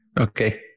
Okay